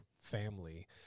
family